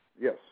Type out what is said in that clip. Yes